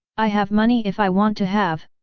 i have money if i want to have,